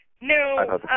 No